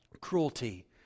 cruelty